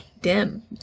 Dim